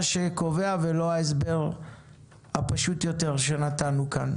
שקובע ולא ההסבר הפשוט יותר שנתנו כאן.